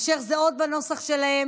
אשר זהות בנוסח שלהן,